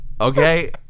Okay